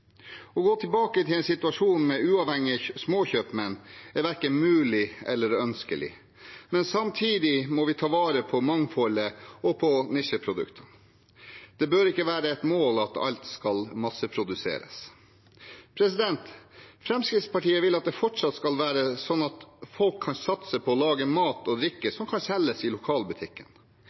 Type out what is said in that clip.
Å gå tilbake til en situasjon med uavhengige småkjøpmenn er verken mulig eller ønskelig, men samtidig må vi ta vare på mangfoldet og på nisjeproduktene. Det bør ikke være et mål at alt skal masseproduseres. Fremskrittspartiet vil at det fortsatt skal være slik at folk kan satse på å lage mat og drikke som kan selges i lokalbutikken.